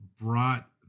brought